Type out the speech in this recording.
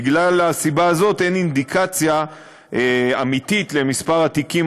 בגלל הסיבה הזאת אין אינדיקציה אמיתית למספר התיקים